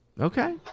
Okay